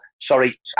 sorry